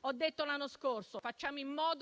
ho detto l'anno scorso -